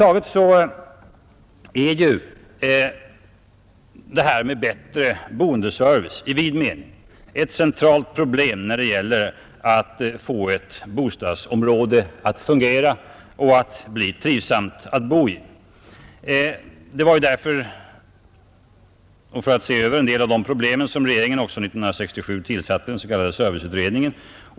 Över huvud taget är en bättre boendeservice i vid mening ett centralt problem när det gäller att få ett bostadsområde att fungera och bli trivsamt att bo i. Det var för att se över en del av de problemen som regeringen 1967 tillsatte den s.k. serviceutredningen.